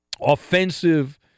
offensive